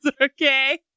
Okay